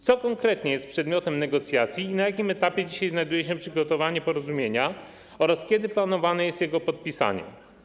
Co konkretnie jest przedmiotem negocjacji i na jakim etapie dzisiaj znajduje się przygotowanie porozumienia oraz na kiedy planowane jest jego podpisanie?